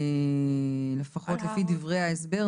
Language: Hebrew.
לפחות לפי דברים ההסבר.